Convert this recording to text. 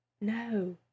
No